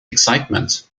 excitement